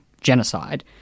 genocide